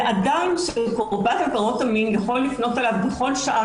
זה אדם שקורבן עבירות המין יכול לפנות אליו בכל שעה